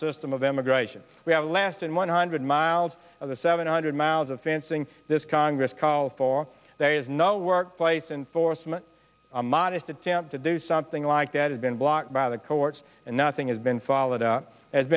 system of emigration we have last and one hundred miles of the seven hundred miles of fencing this congress calls for that is not workplace enforcement a modest attempt to do something like that has been blocked by the courts and nothing has been followed up